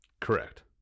correct